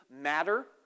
matter